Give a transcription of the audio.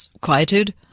quietude